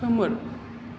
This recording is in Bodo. खोमोर